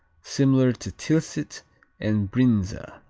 similar to tilsit and brinza.